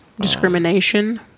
Discrimination